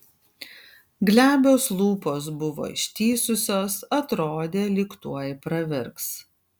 glebios lūpos buvo ištįsusios atrodė lyg tuoj pravirks